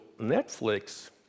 Netflix